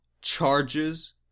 charges